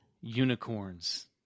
Unicorns